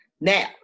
Now